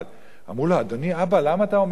אמרו לו: אדוני, אבא, למה אתה אומר, ?